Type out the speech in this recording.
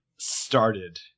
Started